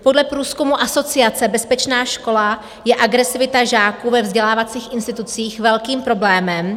Podle průzkumu Asociace bezpečná škola je agresivita žáků ve vzdělávacích institucích velkým problémem.